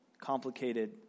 complicated